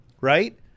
right